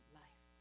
life